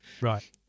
Right